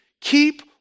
keep